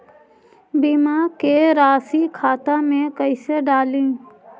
बीमा के रासी खाता में कैसे डाली?